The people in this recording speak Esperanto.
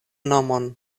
nomon